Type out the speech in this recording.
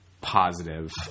positive